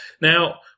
Now